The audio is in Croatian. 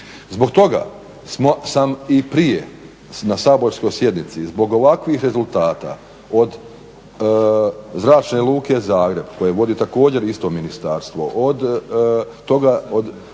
Zbog toga sam i prije na saborskoj sjednici zbog ovakvih rezultata od Zračne luke Zagreb koju vodi isto ministarstvo od Luke